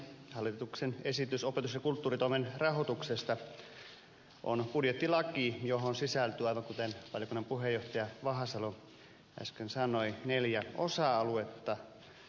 hallituksen esitys opetus ja kulttuuritoimen rahoituksesta on budjettilaki johon sisältyy aivan kuten valiokunnan puheenjohtaja vahasalo äsken sanoi neljä osa aluetta